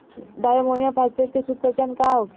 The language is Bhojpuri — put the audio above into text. डाई अमोनियम फास्फेट के शुद्ध पहचान का होखे?